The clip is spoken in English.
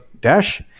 Dash